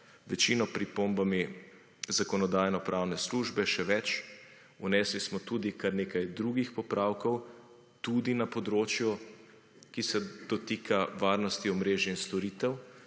večino pripombami Zakonodajno-pravne službe še več. Vnesli smo tudi, kar nekaj drugih popravkov tudi na področju, ki se dotika varnosti, omrežij in storitev.